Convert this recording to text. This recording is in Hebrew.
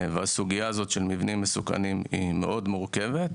הסוגיה של מבנים מסוכנים היא מאוד מורכבת,